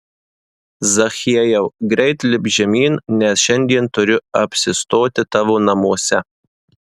zachiejau greit lipk žemyn nes šiandien turiu apsistoti tavo namuose